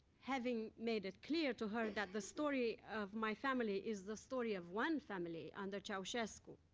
having made it clear to her that the story of my family is the story of one family under ceausescu,